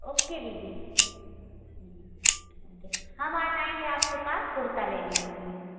okay दीदी जी okay हम आ जाएँगे आपके पास कुर्ता लेने के लिए